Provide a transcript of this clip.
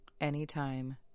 Anytime